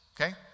okay